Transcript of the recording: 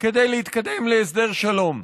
כדי להתקדם להסדר שלום.